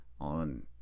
on